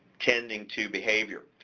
tending to behavior.